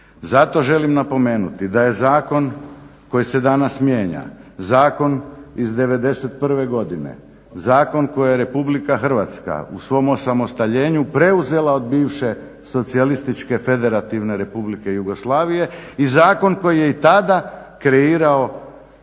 Zato želim napomenuti da je zakon koji se danas mijenja zakon iz 1991. godine, zakon koji je Republika Hrvatska u svom osamostaljenju preuzela od bivše Socijalističke Federativne Republike Jugoslavije i zakon koji je i tada kreirao probleme